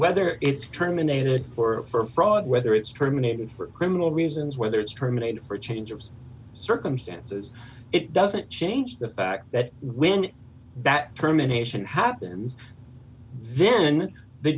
whether it's terminated for fraud whether it's terminated for criminal reasons whether it's terminated for a change of circumstances it doesn't change the fact that when that term a nation happens venn the